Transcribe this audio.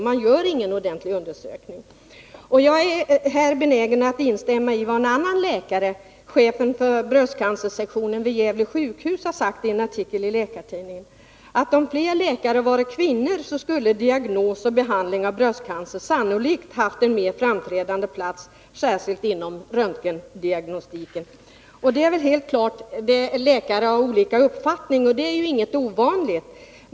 Det görs ingen ordentlig undersökning. Jag är benägen att instämma i vad en annan läkare, chefen för bröstcancersektionen vid Gävle sjukhus, sagt i en artikel i Läkartidningen, nämligen att om fler läkare varit kvinnor skulle diagnos och behandling av bröstcancer sannolikt ha haft en mer framträdande plats, särskilt inom röntgendiagnostiken. Det är väl helt klart att läkare har olika uppfattningar. Det är ingenting ovanligt.